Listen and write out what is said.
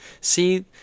See